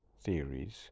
theories